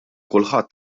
kulħadd